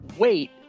Wait